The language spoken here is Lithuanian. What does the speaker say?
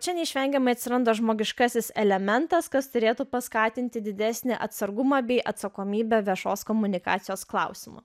o čia neišvengiamai atsiranda žmogiškasis elementas kas turėtų paskatinti didesnį atsargumą bei atsakomybę viešos komunikacijos klausimu